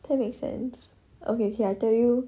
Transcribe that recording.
that makes sense okay okay I tell you